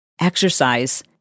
exercise